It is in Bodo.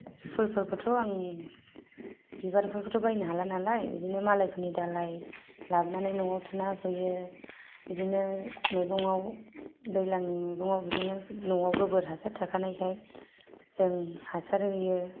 फुलफोरखौथ' आं बिबारफोरखौथ' बायनो हाला नालाय बिदिनो मालायफोरनि दालाय लाबोनानै न'आव थुना होफैयो बिदिनो मैगङाव दैज्लांनि मैगङाव बिदिनो न'आव गोबोर हासार थाखानायखाय जों हासार होयो